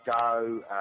go